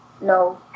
no